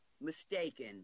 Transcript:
mistaken